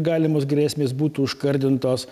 galimos grėsmės būtų užkardintos